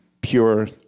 pure